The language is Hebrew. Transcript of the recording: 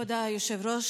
כבוד היושב-ראש,